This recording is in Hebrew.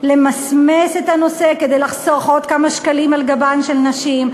למסמס את הנושא כדי לחסוך עוד כמה שקלים על גבן של נשים,